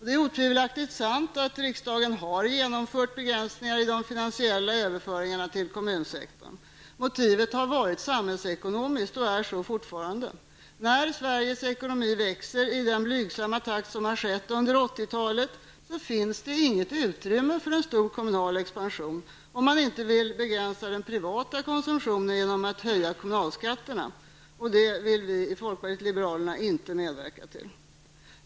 Det är otvivelaktigt sant att riksdagen har genomfört begränsningar i de finansiella överföringarna till kommunsektorn. Motivet har varit samhällsekonomiskt och är så fortfarande. När Sveriges ekonomi växer i den blygsamma takt som har skett under 80-talet, finns det inget utrymme för en stor kommunal expansion -- om man inte vill begränsa den privata konsumtionen genom att höja de kommunala skatterna. Det vill vi i folkpartiet liberalerna inte medverka till.